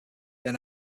they